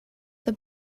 the